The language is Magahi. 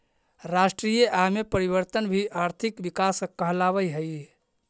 राष्ट्रीय आय में परिवर्तन भी आर्थिक विकास कहलावऽ हइ